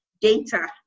data